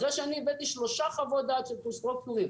אחרי שהבאתי שלוש חוות דעת של קונסטרוקטורים,